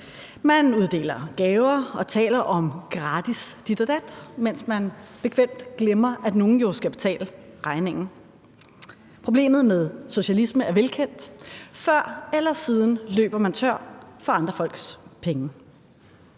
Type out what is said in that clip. Man uddeler gaver og taler om gratis dit og dat, mens man bekvemt glemmer, at nogle jo skal betale regningen. Problemet med socialisme er velkendt: Før eller siden løber man tør for andre folks penge.